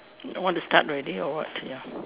want to start already or what ya